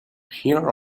here